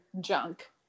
junk